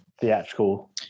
theatrical